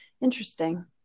Interesting